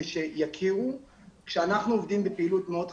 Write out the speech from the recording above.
שיכירו שאנחנו עובדים בפעילות מאוד חשובה,